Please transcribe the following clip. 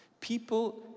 people